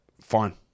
fine